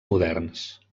moderns